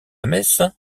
messe